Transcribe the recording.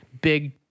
Big